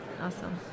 Awesome